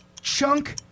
chunk